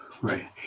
Right